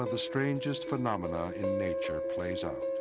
ah the strangest phenomena in nature plays out.